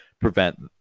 prevent